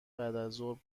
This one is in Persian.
بعدازظهر